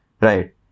right